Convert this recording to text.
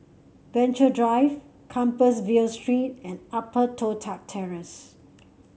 Venture Drive Compassvale Street and Upper Toh Tuck Terrace